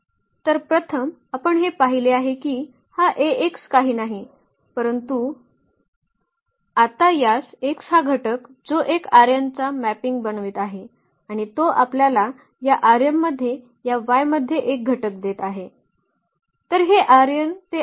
तर प्रथम आपण हे पाहिले आहे की हा काही नाही परंतु आता यास x हा घटक जो एक चा मॅपिंग बनवित आहे आणि तो आपल्याला या मध्ये या y मध्ये एक घटक देत आहे